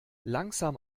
langsam